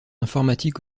informatique